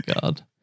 God